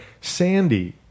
Sandy